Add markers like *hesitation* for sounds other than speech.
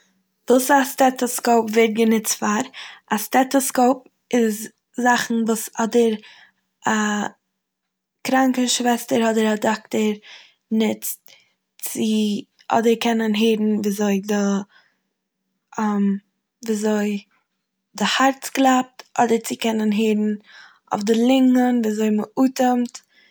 וואס א סטעטעסקויפ ווערט גענוצט פאר. א סטעטעסקויפ איז זאכן וואס אדער א קראנקע שוועסטער אדער א דאקטער נוצט צו אדער קענען הערן וויזוי די *hesitation* וויזוי די הארץ קלאפט, אדער צו קענען הערן די אויף לונגען וויזוי מ'אטעמט. *noise*